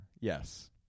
yes